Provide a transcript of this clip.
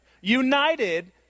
united